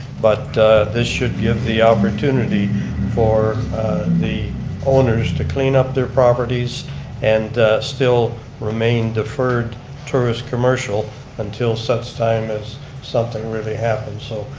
but this should give the opportunity for the owners to clean up their properties and still remain deferred tourist commercial until such time as something really happens. so,